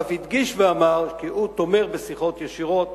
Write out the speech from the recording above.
ואף הדגיש ואמר כי הוא תומך בשיחות ישירות,